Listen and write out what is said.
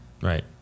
Right